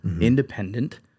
independent